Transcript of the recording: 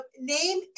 Name